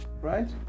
right